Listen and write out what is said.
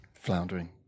Floundering